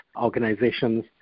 organizations